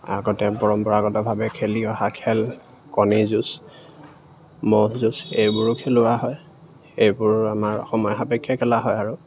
আগতে পৰম্পৰাগতভাৱে খেলি অহা খেল কণী যুঁজ ম'হ যুঁজ এইবোৰো খেলোৱা হয় এইবোৰ আমাৰ সময় সাপেক্ষে খেলা হয় আৰু